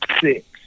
six